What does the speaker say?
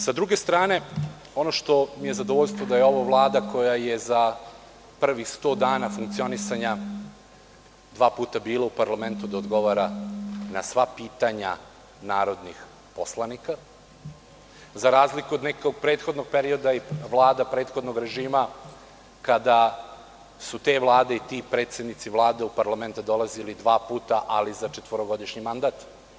Sa druge strane, ono što mi je zadovoljstvo, da je ovo Vlada koja je za prvih 100 dana funkcionisanja dva puta bila u parlamentu da odgovara na sva pitanja narodnih poslanika, za razliku od nekog prethodnog perioda i vlada prethodnog režima, kada su te vlade i ti predsednici vlada u parlament dolazili dva puta, ali za četvorogodišnji mandat.